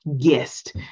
guest